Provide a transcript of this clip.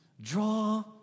Draw